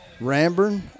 Ramburn